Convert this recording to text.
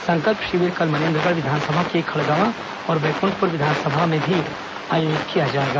संकल्प शिविर कल मनेन्द्रगढ़ विधानसभा के खड़गवां और बैकुंठपुर विधानसभा में आयोजित किया जाएगा